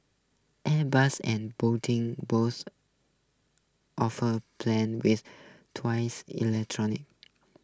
Airbus and boating both offer planes with twice electronic